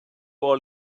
all